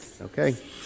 Okay